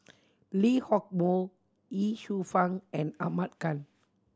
Lee Hock Moh Ye Shufang and Ahmad Khan